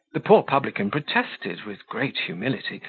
the poor publican protested, with great humility,